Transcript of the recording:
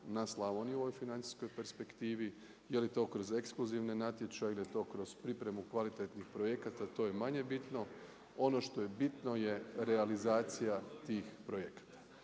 na Slavoniju, u ovoj financijskom perspektivi. Je li to kroz ekskluzivne natječaje ili je to kroz pripremu kvalitetnih projekata, to je manje bitno. Ono što je bitno je realizacija tih projekata.